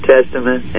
Testament